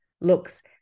looks